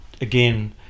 again